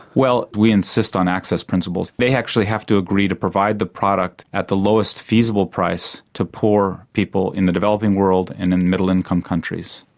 well we insist on access principles. they actually have to agree to provide the product at the lowest feasible price to poor people in the developing world and in middle income countries.